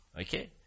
Okay